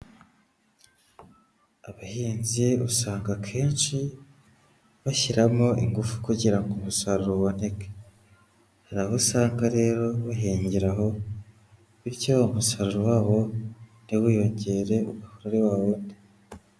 Abahinzi usanga akenshi bashyiramo ingufu kugira ngo ku musaruro uboneke. Hari abo usanga rero bahingira aho, bityo umusaruro wabo ntiwiyongere kuri wa wundi.